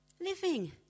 Living